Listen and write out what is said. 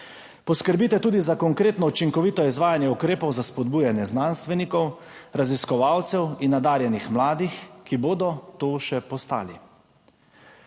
Poskrbite tudi za konkretno učinkovito izvajanje ukrepov za spodbujanje znanstvenikov, raziskovalcev in nadarjenih mladih, ki bodo to še postali.